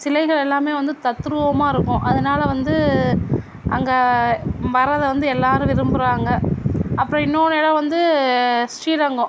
சிலைகள் எல்லாமே வந்து தத்ரூபமா இருக்கும் அதனால் வந்து அங்கே வரத வந்து எல்லாரும் விரும்புறாங்க அப்புறம் இன்னொன்று இடம் வந்து ஸ்ரீரங்கம்